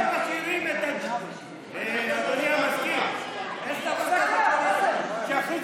אדוני המזכיר, שיכריז